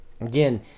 Again